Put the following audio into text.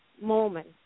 moment